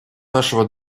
нашего